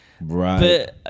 Right